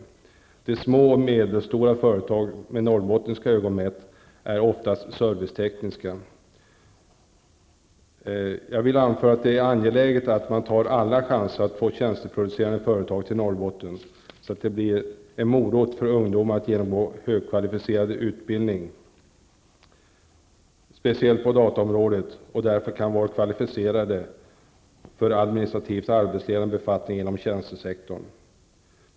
De med norrbottniska ögon mätt små och medelstora företagen där är oftast servicetekniska. Jag vill anföra att det är angeläget att man tar alla chanser att få tjänsteproducerande företag till Norrbotten, så att ungdomar får en morot när det gäller att genomgå högkvalificerad utbildning, speciellt på dataområdet, så att de kan bli kvalificerade för administrativt arbetsledande befattningar inom tjänstesektorn.